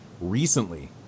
recently